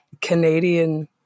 Canadian